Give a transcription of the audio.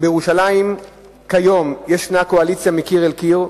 שבירושלים יש כיום קואליציה מקיר אל קיר,